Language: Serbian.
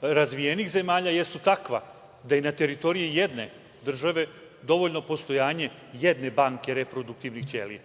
razvijenih zemalja jesu takva da i na teritoriji jedne države dovoljno je postojanje jedne banke reproduktivnih ćelija.